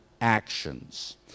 actions